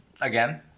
Again